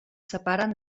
separen